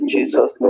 Jesus